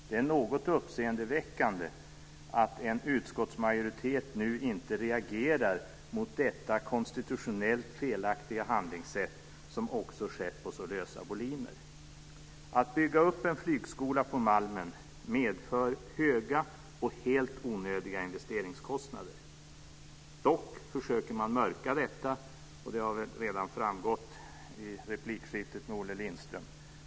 Det är något uppseendeväckande att en utskottsmajoritet nu inte reagerar mot detta konstitutionellt felaktiga handlingssätt, som också skett på så lösa boliner. Att bygga upp en flygskola på Malmen medför höga och helt onödiga investeringskostnader. Dock försöker man mörka detta, vilket väl redan har framgått i replikskiftet med Olle Lindström.